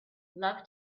love